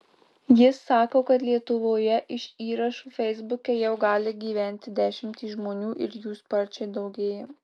jis sako kad lietuvoje iš įrašų feisbuke jau gali gyventi dešimtys žmonių ir jų sparčiai daugėja